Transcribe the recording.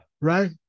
Right